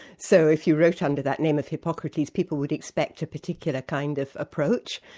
so if you wrote under that name of hippocrates people would expect a particular kind of approach,